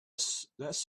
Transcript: circus